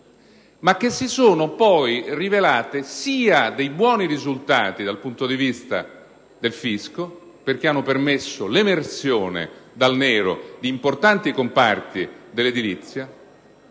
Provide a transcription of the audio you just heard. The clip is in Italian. al gettito, ma rivelatesi poi positive sia dal punto di vista del fisco - perché hanno permesso l'emersione dal nero di importanti comparti dell'edilizia